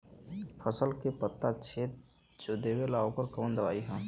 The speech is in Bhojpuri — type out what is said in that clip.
फसल के पत्ता छेद जो देवेला ओकर कवन दवाई ह?